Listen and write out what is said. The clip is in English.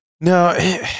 no